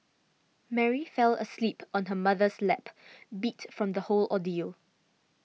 Mary fell asleep on her mother's lap beat from the whole ordeal